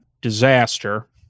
disaster